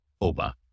Oba